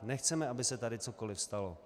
Nechceme, aby se tady cokoliv stalo.